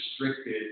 restricted